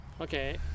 Okay